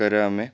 کَراو مےٚ